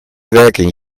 werken